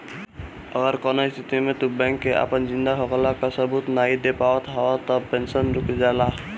अगर कवनो स्थिति में तू बैंक के अपनी जिंदा होखला कअ सबूत नाइ दे पावत हवअ तअ पेंशन रुक जाला